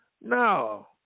No